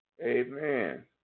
Amen